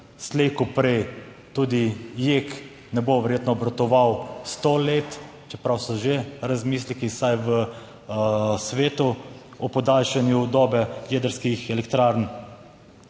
slej ko prej tudi JEK ne bo verjetno obratoval sto let, čeprav so že razmisleki vsaj v svetu o podaljšanju dobe jedrskih elektrarn,